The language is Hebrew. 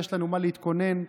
יש לנו מה להתכונן לפריימריז.